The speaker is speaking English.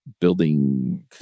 building